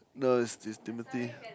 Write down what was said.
no is is Timothy